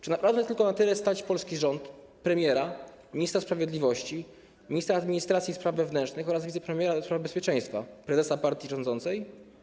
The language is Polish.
Czy naprawdę tylko na tyle stać polski rząd, premiera, ministra sprawiedliwości, ministra administracji i spraw wewnętrznych oraz wicepremiera do spraw bezpieczeństwa, prezesa partii rządzącej?